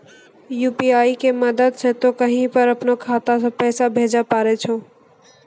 UPI के मदद से तोय कहीं पर अपनो खाता से पैसे भेजै पारै छौ